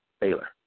Baylor